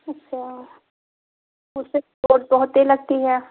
अच्छा उससे तो बहुत बहुत तेज़ लगती है